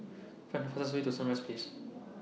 Find The fastest Way to Sunrise Place